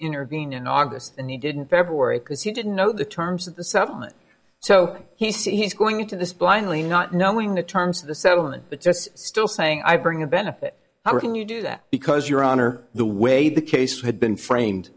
intervene in august and he didn't february because he didn't know the terms of the settlement so he said he's going into this blindly not knowing the terms of the settlement but just still saying i bring a benefit how can you do that because your honor the way the case had been framed